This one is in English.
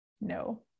No